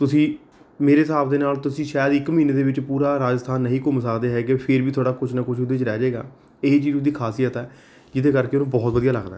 ਤੁਸੀਂ ਮੇਰੇ ਹਿਸਾਬ ਦੇ ਨਾਲ ਤੁਸੀਂ ਸ਼ਾਇਦ ਇੱਕ ਮਹੀਨੇ ਦੇ ਵਿੱਚ ਪੂਰਾ ਰਾਜਸਥਾਨ ਨਹੀਂ ਘੁੰਮ ਸਕਦੇ ਹੈਗੇ ਫਿਰ ਵੀ ਤੁਹਾਡਾ ਕੁਝ ਨਾ ਕੁਝ ਉਹਦੇ 'ਚ ਰਹਿ ਜੇਗਾ ਇਹੀ ਚੀਜ਼ ਉਹਦੀ ਖਾਸੀਅਤ ਹੈ ਜਿਹਦੇ ਕਰਕੇ ਉਹ ਬਹੁਤ ਵਧੀਆ ਲੱਗਦਾ ਹੈ